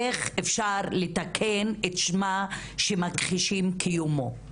איך אפשר לתקן את מה שמכחישים את קיומו?